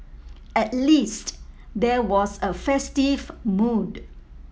at least there was a festive mood